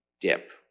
dip